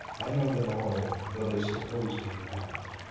i knew them all, though they suppos'd me mad,